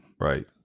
Right